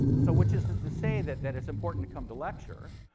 so which is to to say that that it's important to come to lecture,